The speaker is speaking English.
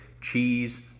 cheese